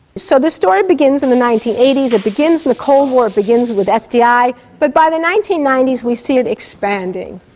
so this story begins in the nineteen eighty s, it begins in the cold war, it begins with sdi. but by the nineteen ninety s we see it expanding.